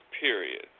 Period